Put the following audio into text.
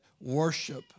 worship